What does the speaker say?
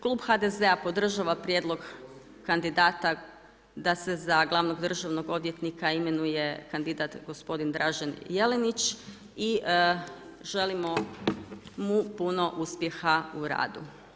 Klub HDZ-a podržava prijedlog kandidata da se za glavnog državnog odvjetnika imenuje kandidat gospodin Dražen Jelinić i želimo mu puno uspjeha u radu.